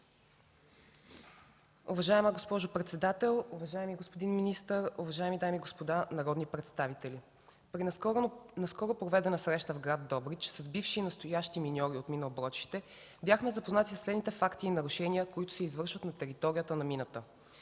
Уважаема госпожо председател, уважаеми господин министър, уважаеми дами и господа народни представители! При наскоро проведена среща в град Добрич с бивши и настоящи миньори от мина „Оброчище” бяхме запознати със следните факти и нарушения, които се извършват на територията на мината.